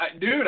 Dude